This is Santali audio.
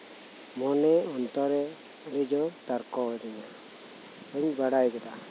ᱢᱚᱱᱮ ᱚᱱᱛᱚᱨ ᱨᱮ ᱟᱹᱰᱤ ᱡᱳᱨ ᱛᱟᱨᱠᱳ ᱟᱫᱤᱧᱟ ᱵᱟᱹᱧ ᱵᱟᱲᱟᱭ ᱞᱮᱫᱟ